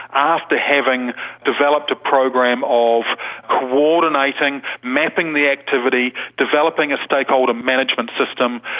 after having developed a program of coordinating, mapping the activity, developing a stakeholder management system,